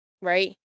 right